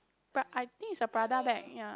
but I think is a Prada bag ya